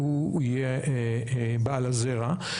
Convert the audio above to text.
שהוא יהיה בעל הזרע.